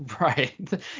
Right